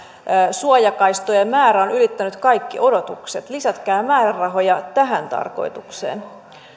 suojakaistojen määrä on ylittänyt kaikki odotukset lisätkää määrärahoja tähän tarkoitukseen